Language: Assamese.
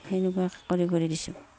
সেনেকুৱাকৈ কৰি কৰি দিছোঁ